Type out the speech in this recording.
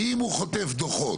ואם הוא חוטף דוחות,